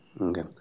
Okay